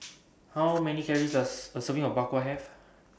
How Many Calories Does A Serving of Bak Kwa Have